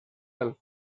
del